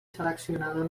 seleccionador